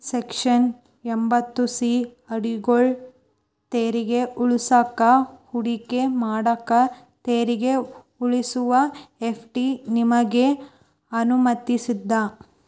section ಎಂಭತ್ತು C ಅಡಿಯೊಳ್ಗ ತೆರಿಗೆ ಉಳಿಸಾಕ ಹೂಡಿಕೆ ಮಾಡಾಕ ತೆರಿಗೆ ಉಳಿಸುವ ಎಫ್.ಡಿ ನಿಮಗೆ ಅನುಮತಿಸ್ತದ